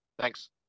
Thanks